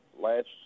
last